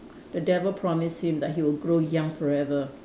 the devil promise him that he'll grow young forever